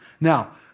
Now